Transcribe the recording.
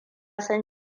san